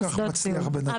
זה לא כל כך מצליח בינתיים.